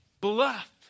bluff